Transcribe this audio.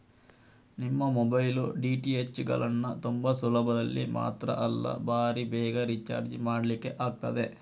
ನಿಮ್ಮ mobile, DTH ಗಳನ್ನ ತುಂಬಾ ಸುಲಭದಲ್ಲಿ ಮಾತ್ರ ಅಲ್ಲ ಭಾರೀ ಬೇಗ ರಿಚಾರ್ಜ್ ಮಾಡ್ಲಿಕ್ಕೆ ಆಗ್ತದೆ